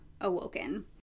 awoken